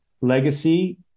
legacy